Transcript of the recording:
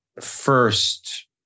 first